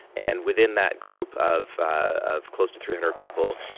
and within that group of ah of close to three hundred people,